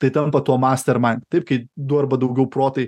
tai tampa tuo mastermain taip kai du arba daugiau protai